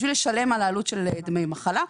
בשביל לשלם על העלות של דמי מחלה.